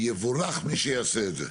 יבורך מי שיעשה את זה.